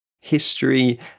history